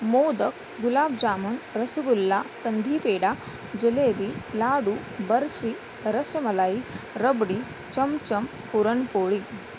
मोदक गुलाबजामुन रसगुल्ला कंदीपेढा जिलेबी लाडू बर्फी रसमलाई रबडी चमचम पुरणपोळी